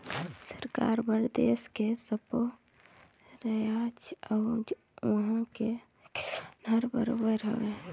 सरकार बर देस के सब्बो रायाज अउ उहां के किसान हर बरोबर हवे